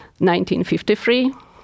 1953